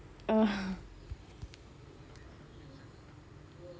ah